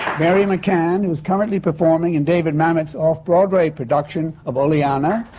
mary mccann, who is currently performing in david mamet's off broadway production of oleanna.